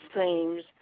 seems